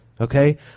Okay